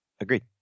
Agreed